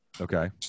Okay